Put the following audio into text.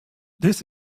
this